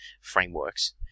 frameworks